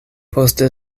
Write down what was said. poste